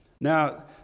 Now